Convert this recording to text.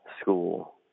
school